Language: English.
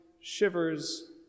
shivers